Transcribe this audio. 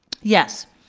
yes,